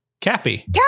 Cappy